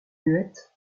muette